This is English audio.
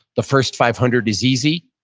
the first five hundred is easy,